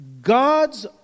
God's